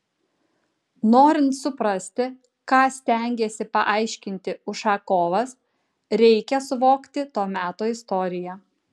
norint suprasti ką stengėsi paaiškinti ušakovas reikia suvokti to meto istoriją